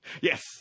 Yes